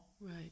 Right